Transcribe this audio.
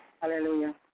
Hallelujah